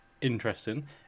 interesting